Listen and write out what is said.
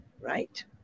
right